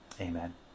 amen